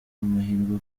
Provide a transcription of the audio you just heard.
amahirwe